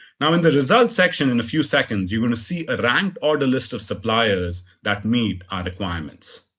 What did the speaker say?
now, in the results section, in a few seconds, you're going to see a ranked order list of suppliers that meet our requirements.